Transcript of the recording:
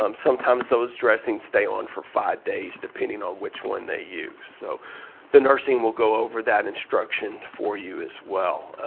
um sometimes those dressings stay on for five days, depending on which one they use. so the nursing will go over that instruction for you as well.